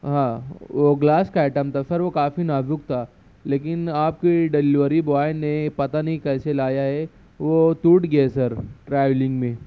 ہاں وہ گلاس کا آئٹم تھا سر وہ کافی نازک تھا لیکن آپ کے ڈلوری بوائے نے پتا نہیں کیسے لایا ہے وہ ٹوٹ گیا ہے سر ٹراولنگ میں